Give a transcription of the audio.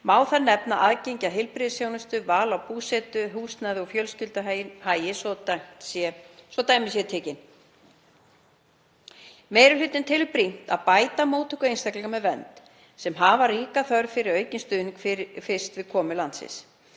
Má þar nefna aðgengi að heilbrigðisþjónustu, val á búsetu, húsnæði og fjölskylduhagi svo dæmi séu tekin. Meiri hlutinn telur brýnt að bæta móttöku einstaklinga með vernd sem hafi ríka þörf fyrir aukinn stuðning fyrst við komu til landsins.